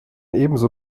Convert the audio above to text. ebenso